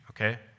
okay